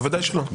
ודאי שלא.